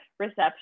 reception